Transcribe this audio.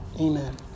amen